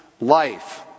life